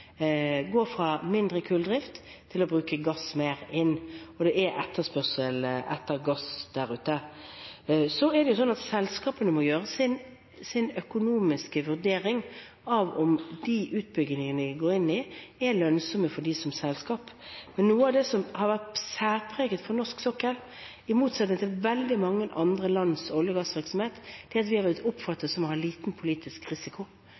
gå fra mindre kulldrift til å bruke gass mer, og det er etterspørsel etter gass der ute. Så er det sånn at selskapene må gjøre sine økonomiske vurderinger av om de utbyggingene de går inn i, er lønnsomme for dem som selskap. Men noe av det som har vært særpreget for norsk sokkel i motsetning til veldig mange andre lands olje- og gassvirksomhet, er at vi er blitt oppfattet som å ha liten politisk risiko.